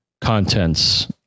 contents